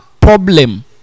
problem